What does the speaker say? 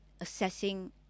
assessing